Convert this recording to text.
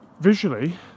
Visually